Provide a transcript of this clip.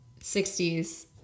60s